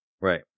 right